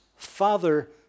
father